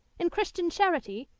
in christian charity,